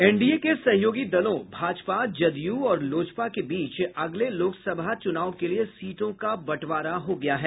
NDA के सहयोगी दलों भाजपा जदयू और लोजपा के बीच अगले लोकसभा चुनाव के लिए सीटों का बंटवारा हो गया है